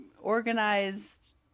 organized